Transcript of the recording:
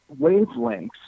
wavelengths